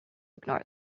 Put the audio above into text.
ignore